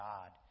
God